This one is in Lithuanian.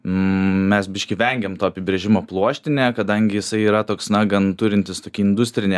mes biškį vengiam to apibrėžimo pluoštinė kadangi jisai yra toks na gan turintis tokį industrinį